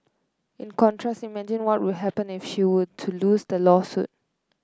in contrast imagine what will happen if she were to lose the lawsuit